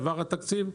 עבר התקציב,